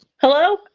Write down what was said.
Hello